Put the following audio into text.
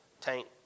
Tank